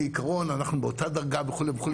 כעיקרון אנחנו באותה דרגה וכו'.